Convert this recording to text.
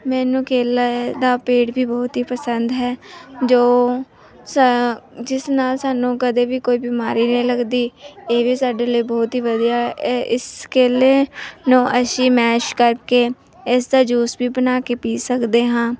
ਮੈਨੂੰ ਕੇਲੇ ਦਾ ਪੇੜ ਵੀ ਬਹੁਤ ਹੀ ਪਸੰਦ ਹੈ ਜੋ ਸਾ ਜਿਸ ਨਾਲ ਸਾਨੂੰ ਕਦੇ ਵੀ ਕੋਈ ਬਿਮਾਰੀ ਨਹੀਂ ਲੱਗਦੀ ਇਹ ਵੀ ਸਾਡੇ ਲਈ ਬਹੁਤ ਹੀ ਵਧੀਆ ਇ ਇਸ ਕੇਲੇ ਨੂੰ ਅਸੀਂ ਮੈਂਸ਼ ਕਰਕੇ ਇਸ ਦਾ ਜੂਸ ਵੀ ਬਣਾ ਕੇ ਪੀ ਸਕਦੇ ਹਾਂ